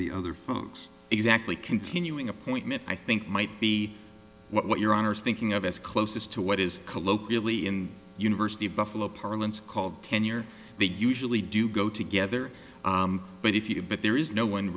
the other folks exactly continuing appointment i think might be what your honor is thinking of as close as to what is colloquially in university of buffalo parlance called tenure they usually do go together but if you but there is no one